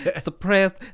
suppressed